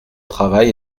travail